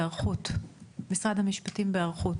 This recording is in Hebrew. משרד המשפטים בהיערכות.